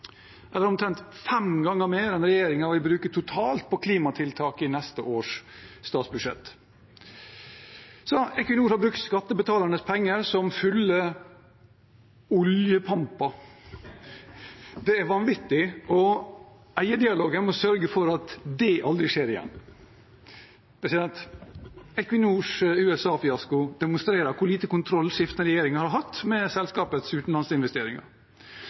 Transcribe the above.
omtrent fem ganger mer enn regjeringen vil bruke totalt på klimatiltak i neste års statsbudsjett. Equinor har brukt skattebetalernes penger som fulle – oljepamper . Det er vanvittig, og eierdialogen må sørge for at det aldri skjer igjen. Equinors USA-fiasko demonstrerer hvor lite kontroll skiftende regjeringer har hatt med selskapets utenlandsinvesteringer.